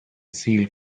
sealed